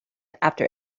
after